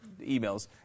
emails